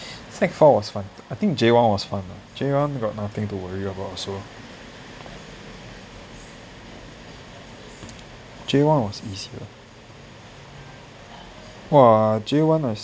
sec four was fun I think J one was fun J one got nothing to worry about also J one was easier !wah! J one was